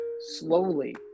slowly